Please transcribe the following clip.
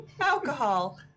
alcohol